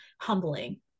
humbling